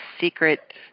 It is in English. secret